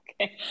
Okay